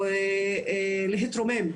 ולהתרומם.